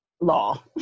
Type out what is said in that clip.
law